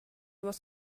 was